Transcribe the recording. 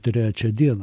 trečią dieną